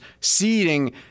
seeding